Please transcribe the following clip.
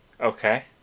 okay